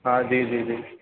हाँ जी जी जी